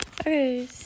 okay